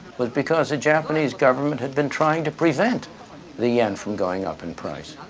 was because the japanese government had been trying to prevent the yen from going up in price.